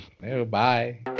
Bye